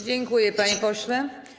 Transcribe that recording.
Dziękuję, panie pośle.